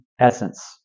essence